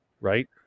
right